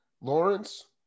Lawrence